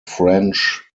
french